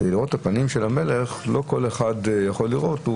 לא כל אחד יכול לראות את הפנים של המלך.